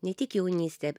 ne tik jaunystę